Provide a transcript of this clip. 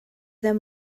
them